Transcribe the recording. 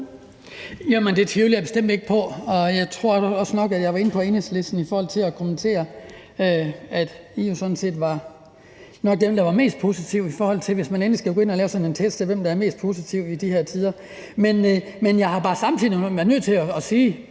det tvivler jeg bestemt ikke på, og jeg tror også, at jeg var inde på Enhedslisten og kommenterede, at I jo sådan set nok var dem, der var mest positive – hvis man endelig skal gå ind at lave sådan en test af, hvem der er mest positive, i de her tider. Men jeg har bare samtidig været nødt til at sige,